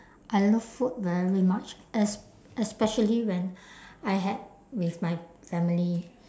I love food very much es~ especially when I had with my family